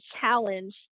challenge